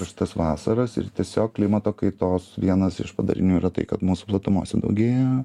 karštas vasaros ir tiesiog klimato kaitos vienas iš padarinių yra tai kad mūsų platumose daugėja